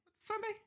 Sunday